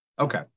okay